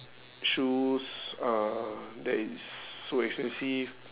shoes uh that is so expensive